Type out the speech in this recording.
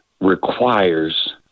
requires